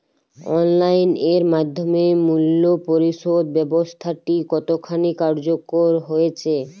Online এর মাধ্যমে মূল্য পরিশোধ ব্যাবস্থাটি কতখানি কার্যকর হয়েচে?